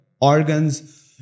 organs